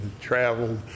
traveled